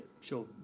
sure